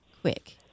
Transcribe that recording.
quick